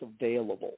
available